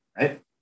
Right